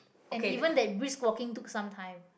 and even that brisk walking took some time